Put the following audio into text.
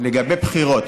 לגבי בחירות,